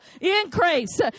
Increase